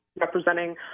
representing